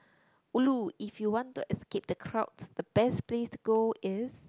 ulu if you want to escape the crowds the best place to go is